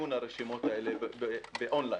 לעדכון הרשימות האלה באון ליין.